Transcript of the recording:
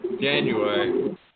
January